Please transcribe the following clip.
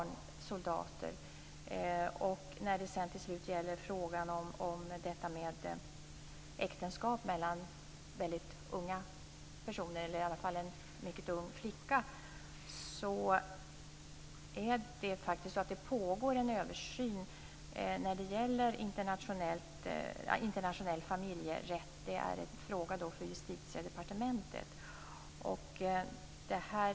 När det slutligen gäller frågan om äktenskap mellan unga personer, eller där flickan är mycket ung, pågår det en översyn om internationell familjerätt. Det är en fråga för Justitiedepartementet.